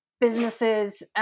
businesses